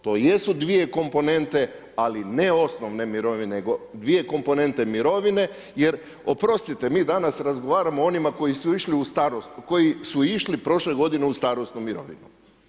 To jesu dvije komponente, ali ne osnovno mirovine nego dvije komponente mirovine jer oprostite, mi danas razgovaramo o onima koji su išli u starosnu, koji su išli prošle godine u starosnu mirovine.